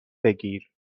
بگیر